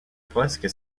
presque